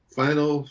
final